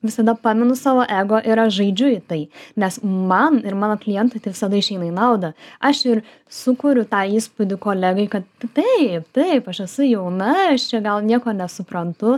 visada pamenu savo ego ir aš žaidžiu į tai nes man ir mano klientui tai visada išeina į naudą aš ir sukuriu tą įspūdį kolegai kad taip taip aš esu jauna aš čia gal nieko nesuprantu